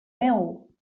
meu